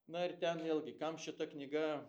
na ir ten vėlgi kam šita knyga